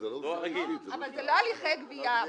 אבל זה לא הליכי גבייה.